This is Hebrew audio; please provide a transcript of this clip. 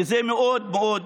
כי זה מאוד מאוד חשוב.